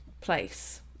place